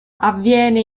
avviene